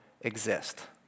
exist